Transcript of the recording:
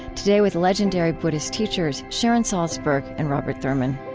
today, with legendary buddhist teachers sharon salzberg and robert thurman